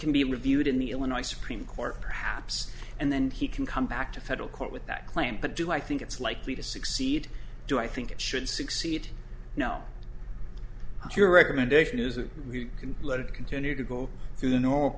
can be reviewed in the illinois supreme court perhaps and then he can come back to federal court with that claim but do i think it's likely to succeed do i think it should succeed no if your recommendation is it can let it continue to go through the normal